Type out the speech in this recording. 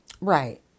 Right